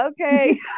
okay